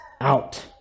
out